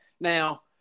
Now